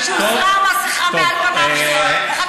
זה נבחר